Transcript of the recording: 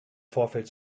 vorfeld